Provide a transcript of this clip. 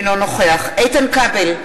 אינו נוכח איתן כבל,